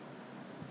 有 toner 你看